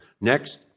Next